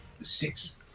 six